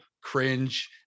cringe